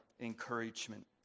encouragement